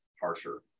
harsher